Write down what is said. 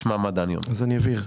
אז אני אבהיר.